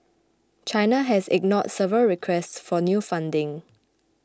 China has ignored several requests for new funding